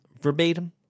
verbatim